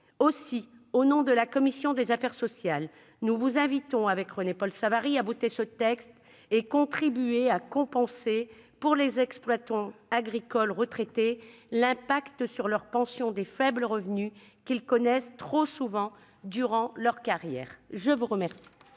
Aussi, au nom de la commission des affaires sociales, nous vous invitons à le voter et à contribuer ainsi à compenser, pour les exploitants agricoles retraités, l'impact sur leurs pensions des faibles revenus qu'ils connaissent trop souvent durant leur carrière. Bravo ! La parole